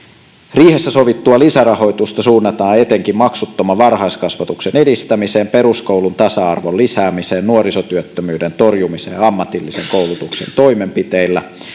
riihessä sovittua lisärahoitusta suunnataan etenkin maksuttoman varhaiskasvatuksen edistämiseen peruskoulun tasa arvon lisäämiseen nuorisotyöttömyyden torjumiseen ammatillisen koulutuksen toimenpiteillä